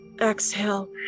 exhale